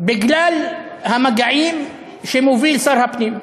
בגלל המגעים שמוביל שר הפנים.